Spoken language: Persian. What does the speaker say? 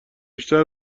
بیشتر